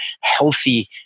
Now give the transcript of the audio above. healthy